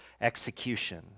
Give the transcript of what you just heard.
execution